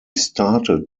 started